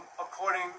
according